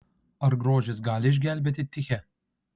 ar grožis gali išgelbėti tichę